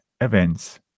events